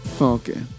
Okay